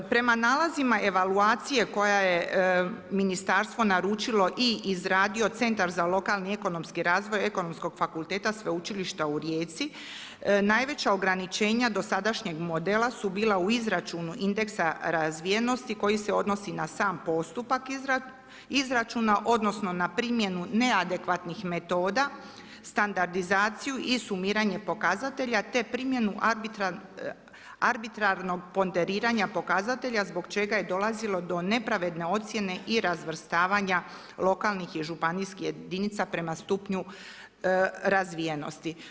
Prema nalazima evaluacije, koje je ministarstvo naručilo i izradio Centar za lokalni i razvoj Ekonomskog fakulteta sveučilišta u Rijeci, najveća ograničenja dosadašnjeg modela su bila u izračunu indeksa razvijenosti, koji se odnosi, na sam postupak izračuna, odnosno, na primjenu neadekvatnih metoda, standardizaciji i sumiranje pokazatelja te primjenu arbitrarnog ponderiranija pokazatelja, zbog čega je dolazilo do neadekvatne ocjene i razvrstavanja lokalnih i županijskih jedinica prema stupnju razvijenosti.